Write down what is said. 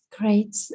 Great